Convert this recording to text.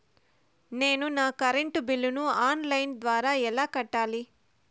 నేను నా కరెంటు బిల్లును ఆన్ లైను ద్వారా ఎలా కట్టాలి?